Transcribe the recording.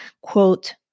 quote